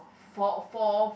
four four